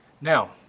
Now